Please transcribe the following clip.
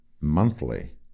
monthly